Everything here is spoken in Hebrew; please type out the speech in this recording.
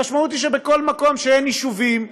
המשמעות היא שבכל מקום שאין בו יישובים,